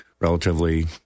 relatively